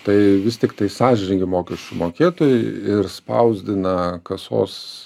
tai vis tiktai sąžiningi mokesčių mokėtojai ir spausdina kasos